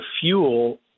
fuel